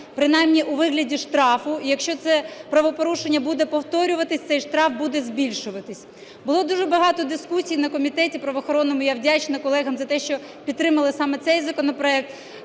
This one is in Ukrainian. принаймні у вигляді штрафу. І якщо це правопорушення буде повторюватися, цей штраф буде збільшуватись. Було дуже багато дискусій на Комітеті правоохоронному, я вдячна колегам за те, що підтримали саме цей законопроект,